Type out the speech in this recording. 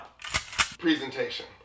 Presentation